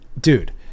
Dude